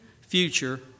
future